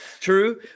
true